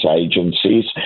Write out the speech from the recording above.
agencies